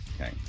Okay